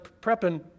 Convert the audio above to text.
prepping